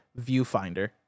Viewfinder